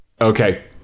Okay